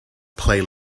play